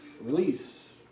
release